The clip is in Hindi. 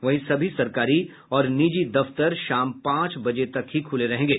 वहीं सभी सरकारी और निजी दफ्तर शाम पांच बजे तक ही खुले रहेंगे